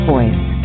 Voice